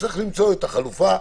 צריך למצוא את החלופה,